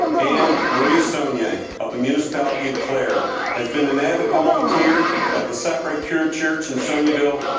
and marie saulnier of the municipality of clare has been an avid volunteer at the sacre-coeurs church in saulnierville,